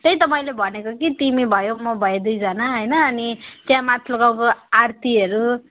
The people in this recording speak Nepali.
त्यही त मैले भनेको कि तिमी भयौ म भएँ दुईजना होइन अनि त्यहाँ माथिलो गाउँको आरतीहरू